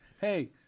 Hey